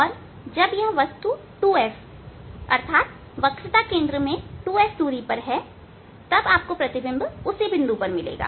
और जब यह वस्तु 2f अर्थात वक्रता के केंद्र में 2f दूरी पर है तब आपको प्रतिबिंब उसी बिंदु पर मिलेगा